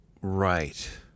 Right